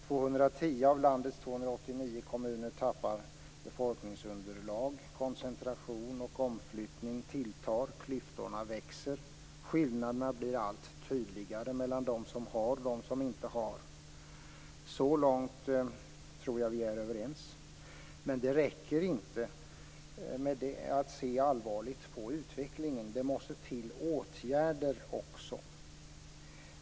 210 av landets 289 kommuner tappar befolkningsunderlag. Koncentration och omflyttning tilltar. Klyftorna växer. Skillnaderna blir allt tydligare mellan dem som har och dem som inte har. Så långt tror jag att vi är överens. Men det räcker inte att se allvarligt på utvecklingen. Det måste till åtgärder också.